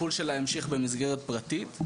הטיפול שלה המשיך במסגרת פרטית.